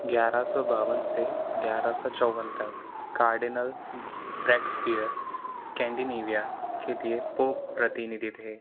ग्यारह सौ बावन से ग्यारह सौ चौबन तक कार्डिनल ब्रेक्सपियर स्कैण्डिनेविया के लिए पोप प्रतिनिधि थे